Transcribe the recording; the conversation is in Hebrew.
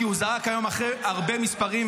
כי הוא זרק היום הרבה מספרים,